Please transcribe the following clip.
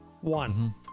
one